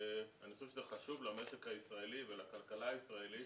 אני חושב שזה חשוב למשק הישראלי ולכלכלה הישראלית